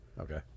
Okay